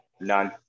none